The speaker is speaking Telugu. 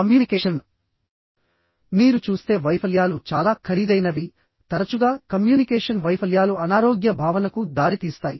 కమ్యూనికేషన్ మీరు చూస్తే వైఫల్యాలు చాలా ఖరీదైనవి తరచుగా కమ్యూనికేషన్ వైఫల్యాలు అనారోగ్య భావనకు దారితీస్తాయి